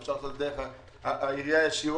אפשר לעשות דרך העירייה ישירות,